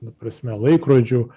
ta prasme laikrodžių